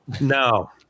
No